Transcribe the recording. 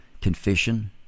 Confession